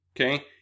okay